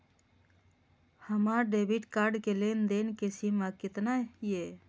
हमार debit card के लेन देन के सीमा केतना ये?